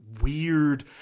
Weird